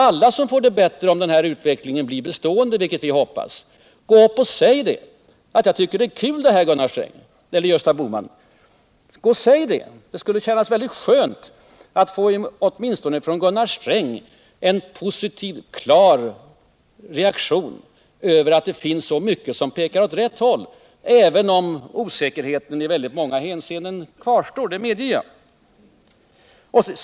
Alla får det bättre om utvecklingen blir bestående, vilket vi hoppas. Gå upp och säg: Jag tycker det är kul, det här, Gösta Bohman. Säg det! Det skulle kännas skönt att från Gunnar Sträng få en positiv och klar reaktion på att det finns mycket som pekar åt rätt håll, även om osäkerheten i många avseenden kvarstår — och det medger jag att den gör.